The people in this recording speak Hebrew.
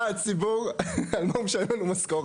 מי בעד רביזיה להסתייגות מספר